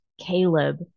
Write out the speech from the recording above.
caleb